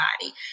body